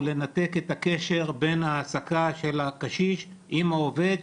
לנתק את הקשר בין העסקה של הקשיש עם העובד,